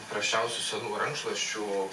prasčiausių senų rankšluosčių